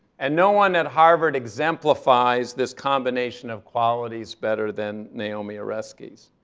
and no one at harvard exemplifies this combination of qualities better than naomi oreskes.